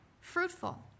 fruitful